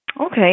Okay